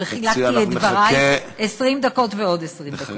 חילקתי את דברי: 20 דקות ועוד 20 דקות.